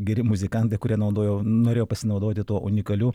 geri muzikantai kurie naudojo norėjo pasinaudoti tuo unikaliu